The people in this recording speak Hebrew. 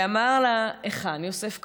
ואמר לה: היכן יוסף קבור?